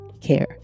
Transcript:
care